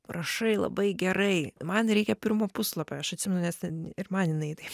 rašai labai gerai man reikia pirmo puslapio aš atsimenu nes ten ir man jinai